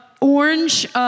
orange